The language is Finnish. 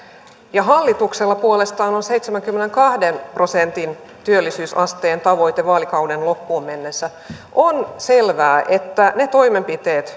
ja hallituksella puolestaan on seitsemänkymmenenkahden prosentin työllisyysasteen tavoite vaalikauden loppuun mennessä on selvää että ne toimenpiteet